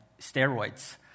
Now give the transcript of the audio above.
steroids